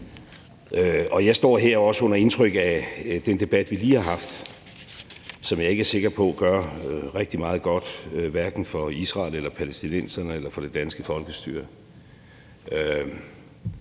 Og jeg står også her under indtryk af den debat, vi lige har haft, som jeg ikke er sikker på gør rigtig meget godt for hverken Israel, palæstinenserne eller det danske folkestyre.